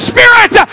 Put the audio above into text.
Spirit